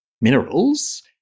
minerals